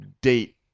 date